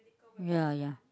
ya ya